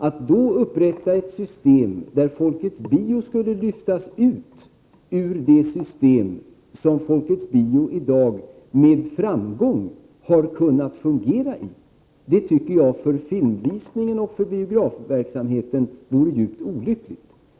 Att då upprätta ett system där Folkets Bio skulle lyftas ut ur det system som Folkets Bio i dag med framgång har kunnat fungera i, tycker jag för filmvisningen och för biografverksamheten vore djupt olyckligt.